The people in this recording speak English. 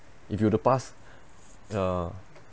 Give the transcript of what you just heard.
if you were to pass uh